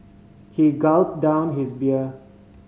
he gulped down his beer